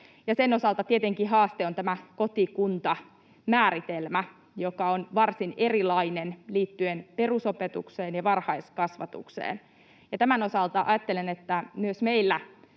Sen osalta tietenkin haaste on tämä kotikuntamääritelmä, joka on varsin erilainen liittyen perusopetukseen ja varhaiskasvatukseen. Tämän osalta ajattelen, että myös meillä